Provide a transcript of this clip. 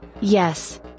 Yes